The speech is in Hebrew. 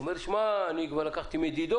אומר שהוא כבר עשה מדידות,